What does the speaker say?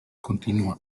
continúa